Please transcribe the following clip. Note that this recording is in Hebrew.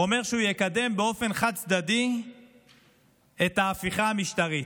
שהוא יקדם באופן חד-צדדי את ההפיכה המשטרית.